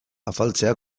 afaltzea